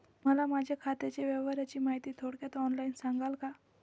मला माझ्या खात्याच्या व्यवहाराची माहिती थोडक्यात ऑनलाईन सांगाल का?